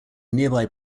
nearby